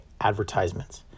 advertisements